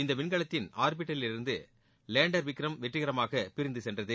இந்த விண்கலத்தின் ஆர்பிட்டரில் இருந்து லேண்டர் விக்ரம் வெற்றிகரமாக பிரிந்து சென்றது